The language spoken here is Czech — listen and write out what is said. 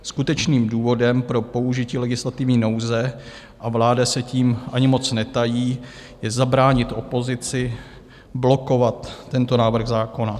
Skutečným důvodem pro použití legislativní nouze, a vláda se tím ani moc netají, je zabránit opozici blokovat tento návrh zákona.